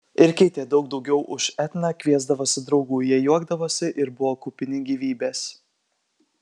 ir keitė daug daugiau už etną kviesdavosi draugų jie juokdavosi ir buvo kupini gyvybės